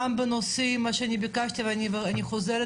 גם בנושאים מה שאני ביקשתי ואני חוזרת